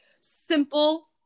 simple